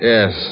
Yes